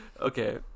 Okay